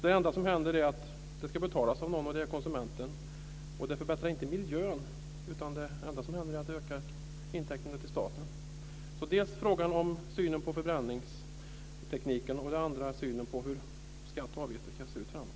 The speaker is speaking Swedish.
Det enda som händer är att detta ska betalas av någon, dvs. konsumenten. Det förbättrar inte miljön. Det enda som händer är att det ökar intäkterna till staten. Det gällde dels frågan om synen på förbränningstekniken, dels synen på hur skatter och avgifter ska se ut framåt.